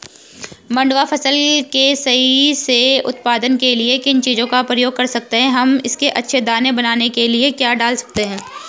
मंडुवा फसल के सही से उत्पादन के लिए किन चीज़ों का प्रयोग कर सकते हैं हम इसके अच्छे दाने बनाने के लिए क्या डाल सकते हैं?